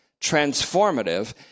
transformative